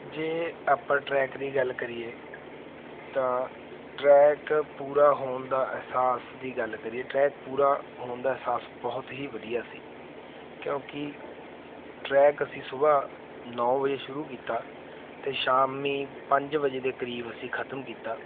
ਜੇ ਆਪਾਂ ਟਰੈਕ ਦੀ ਗੱਲ ਕਰੀਏ ਤਾਂ ਟਰੈਕ ਪੂਰਾ ਹੋਣ ਦਾ ਅਹਿਸਾਸ ਦੀ ਗੱਲ ਕਰੀਏ ਟਰੈਕ ਪੂਰਾ ਹੋਣ ਦਾ ਅਹਿਸਾਸ ਬਹੁਤ ਹੀ ਵਧੀਆ ਸੀ ਕਿਉਂਕਿ ਟਰੈਕ ਅਸੀਂ ਸੁਬਾਹ ਨੌ ਵਜੇ ਸ਼ੁਰੂ ਕੀਤਾ ਅਤੇ ਸ਼ਾਮੀ ਪੰਜ ਵਜੇ ਦੇ ਕਰੀਬ ਅਸੀਂ ਖਤਮ ਕੀਤਾ